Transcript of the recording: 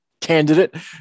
candidate